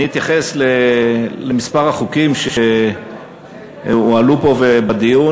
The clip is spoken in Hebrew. אני אתייחס לכמה חוקים שהועלו פה בדיון,